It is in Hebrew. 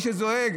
מי שזועק,